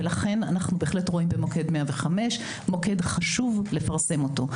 ולכן אנחנו בהחלט רואים במוקד 105 מוקד חשוב לפרסם אותו.